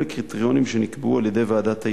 לקריטריונים שנקבעו על-ידי ועדת ההיגוי.